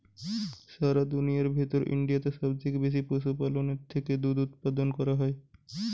সারা দুনিয়ার ভেতর ইন্ডিয়াতে সবচে বেশি পশুপালনের থেকে দুধ উপাদান হয়